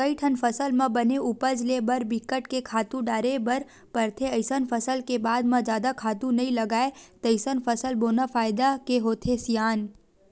कइठन फसल म बने उपज ले बर बिकट के खातू डारे बर परथे अइसन फसल के बाद म जादा खातू नइ लागय तइसन फसल बोना फायदा के होथे सियान